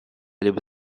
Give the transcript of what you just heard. либо